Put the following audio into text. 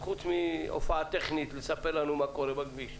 חוץ מהופעה טכנית לספר לנו מה קורה בכביש.